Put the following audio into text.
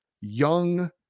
young